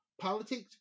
politics